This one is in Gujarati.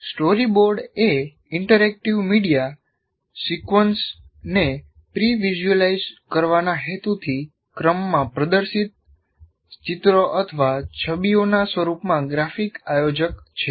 સ્ટોરીબોર્ડ એ ઇન્ટરેક્ટિવ મીડિયા સિક્વન્સને પ્રી વિઝ્યુઅલાઇઝ કરવાના હેતુથી ક્રમમાં પ્રદર્શિત ચિત્રો અથવા છબીઓના સ્વરૂપમાં ગ્રાફિક આયોજક છે